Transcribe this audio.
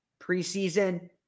preseason